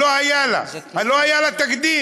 לא היה לה, לא היה לה תקדים.